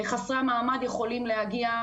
חסרי המעמד יכולים להגיע,